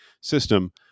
system